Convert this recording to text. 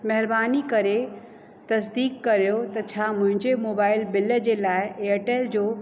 महिरबानी करे तसदीक कयो त छा मुंहिंजे मोबाइल बिल जे लाइ एयरटेल जो